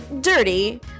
dirty